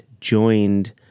Joined